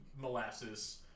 molasses